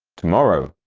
tomorrow